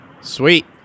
Sweet